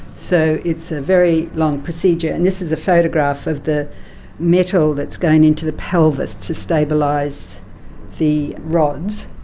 so it's a very long procedure. and this is a photograph of the metal that's going into the pelvis to stabilise the rods.